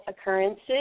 occurrences